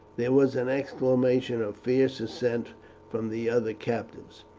there was an exclamation of fierce assent from the other captives.